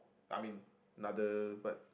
I mean another but